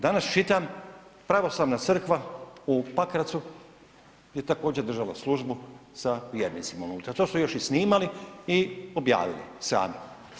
Danas čitam, pravoslavna crvka u Pakracu je također država službu sa vjernicima unutra, to su još i snimali i objavili sami.